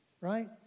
right